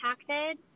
impacted